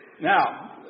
Now